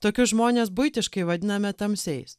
tokius žmones buitiškai vadiname tamsiais